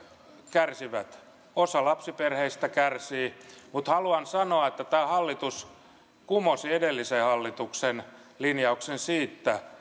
kärsivät osa lapsiperheistä kärsii mutta haluan sanoa että tämä hallitus kumosi edellisen hallituksen linjauksen siitä